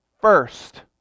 first